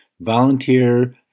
volunteer